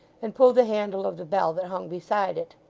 and pulled the handle of the bell that hung beside it.